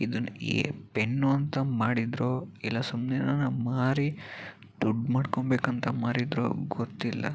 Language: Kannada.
ಇದನ್ನು ಏನು ಪೆನ್ನು ಅಂತ ಮಾಡಿದ್ರೋ ಇಲ್ಲ ಸುಮ್ಮನೆ ಇದನ್ನು ಮಾರಿ ದುಡ್ಡು ಮಾಡ್ಕೋಬೇಕಂತ ಮಾರಿದ್ರೊ ಗೊತ್ತಿಲ್ಲ